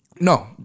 No